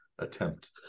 Attempt